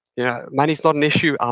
yeah money's not an issue. um